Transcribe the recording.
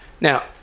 now